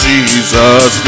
Jesus